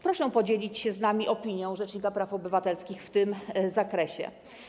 Proszę podzielić się z nami opinią rzecznika praw obywatelskich w tym zakresie.